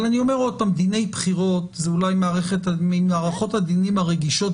אבל דיני בחירות זה אולי ממערכות הדינים הרגישות